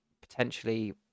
potentially